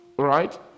right